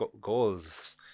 goals